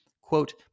Quote